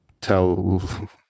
tell